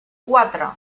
quatre